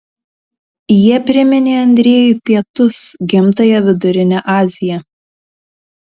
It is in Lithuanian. jie priminė andrejui pietus gimtąją vidurinę aziją